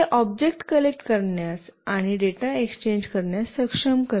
हे object collect करण्यास आणि डेटा एक्सचेंज करण्यास सक्षम करते